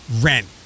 rent